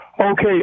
Okay